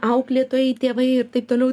auklėtojai tėvai ir taip toliau